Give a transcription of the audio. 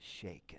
shaken